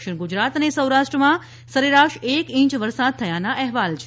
દક્ષિણ ગુજરાત અને સોરાષ્ટ્રમાં સરેરાશ એક ઇંચ વરસાદ થયાનાં અહેવાલ છે